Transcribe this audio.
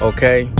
Okay